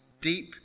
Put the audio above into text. deep